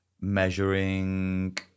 measuring